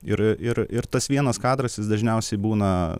ir ir ir tas vienas kadras jis dažniausiai būna